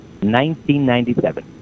1997